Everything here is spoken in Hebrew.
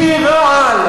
מקיא רעל,